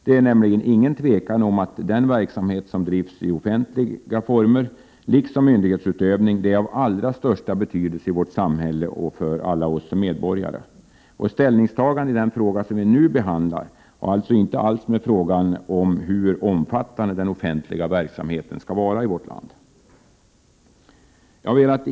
Det är nämligen ingen tvekan om att verksamhet som drivs i offentliga former, liksom myndighetsutövning, är av allra största betydelse i vårt samhälle och för oss medborgare. Ställningstagande i den fråga vi nu behandlar har inget att göra med frågan om hur omfattande den offentliga verksamheten i vårt land skall vara.